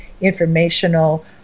informational